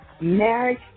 marriage